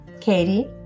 Katie